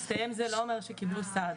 הסתיים זה לא אומר שקיבלו סעד.